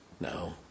No